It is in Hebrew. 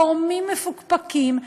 תורמים מפוקפקים,